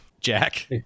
Jack